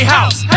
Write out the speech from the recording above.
House